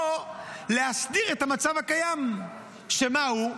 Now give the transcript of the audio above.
או להסדיר את המצב הקיים, מהו?